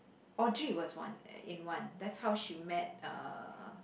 Audrey was one in one that's how she met uh